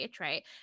right